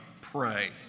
pray